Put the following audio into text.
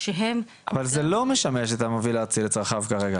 --- אבל זה לא משמש את המוביל הארצי לצרכיו כרגע.